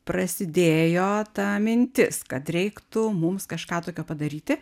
prasidėjo ta mintis kad reiktų mums kažką tokio padaryti